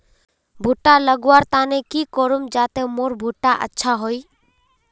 भुट्टा लगवार तने की करूम जाते मोर भुट्टा अच्छा हाई?